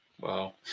Wow